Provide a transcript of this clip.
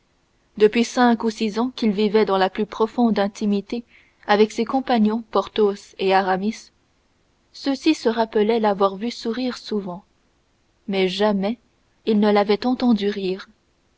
depuis cinq ou six ans qu'il vivait dans la plus profonde intimité avec ses compagnons porthos et aramis ceux-ci se rappelaient l'avoir vu sourire souvent mais jamais ils ne l'avaient entendu rire